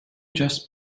just